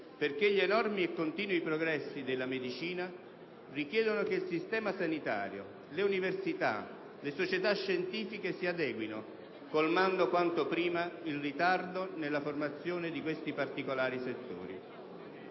perché gli enormi e continui progressi della medicina richiedono che il sistema sanitario, le università e le società scientifiche si adeguino, colmando quanto prima il ritardo nella formazione di questi particolari settori.